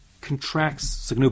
contracts